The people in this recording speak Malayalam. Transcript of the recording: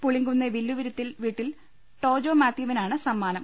പുളിങ്കുന്ന് വില്ലുവിരുത്തിൽ വീട്ടിൽ ടോജോ മാത്യു വിനാണ് സമ്മാനം